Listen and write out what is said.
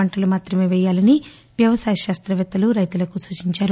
పంటలు మాత్రమే వెయ్యాలని వ్యవసాయ శాస్తపేత్తలు రైతులకు సూచించారు